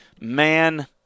Man